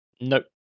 Nope